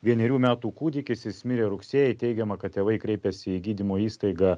vienerių metų kūdikis jis mirė rugsėjį teigiama kad tėvai kreipėsi į gydymo įstaigą